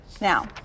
Now